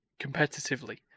competitively